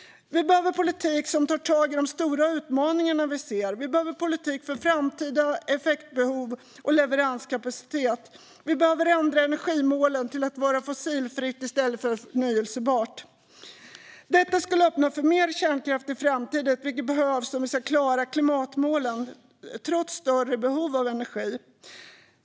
Vi behöver politik som tar tag i de stora utmaningar vi ser. Vi behöver politik för framtida effektbehov och leveranskapacitet. Vi behöver ändra energimålet till att det ska vara fossilfritt i stället för förnybart. Detta skulle öppna för mer kärnkraft i framtiden, vilket behövs om vi ska klara klimatmålen trots större behov av energi.